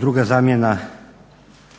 Počet